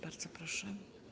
Bardzo proszę.